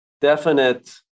definite